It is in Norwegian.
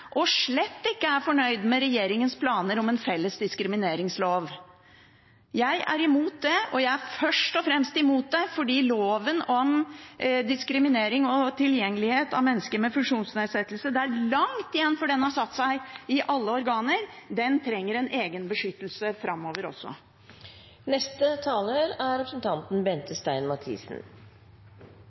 og slett ikke er fornøyd med regjeringens planer om en felles diskrimineringslov. Jeg er imot det, og jeg er først og fremst imot det fordi det er langt igjen før diskriminerings- og tilgjengelighetsloven for mennesker med funksjonsnedsettelse har satt seg i alle organer. Den trenger en egen beskyttelse framover også.